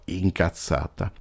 incazzata